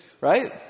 Right